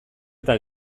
eta